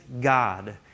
God